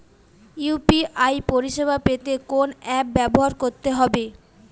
UPI পরিসেবা পেতে কোন অ্যাপ ব্যবহার করতে হবে?